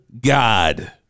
God